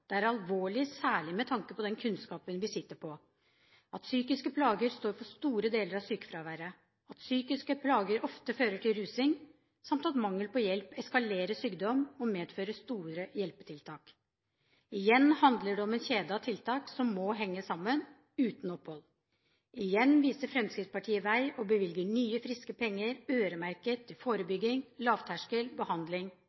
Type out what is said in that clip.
Det er alvorlig, særlig med tanke på den kunnskapen vi sitter på om at psykiske plager står for store deler av sykefraværet, at psykiske plager ofte fører til rusing samt at mangel på hjelp eskalerer sykdom og medfører store hjelpetiltak. Igjen handler det om en kjede av tiltak som må henge sammen, uten opphold. Igjen viser Fremskrittspartiet vei og bevilger nye, friske penger øremerket